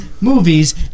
movies